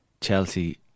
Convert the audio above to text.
Chelsea